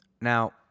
Now